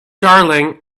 darling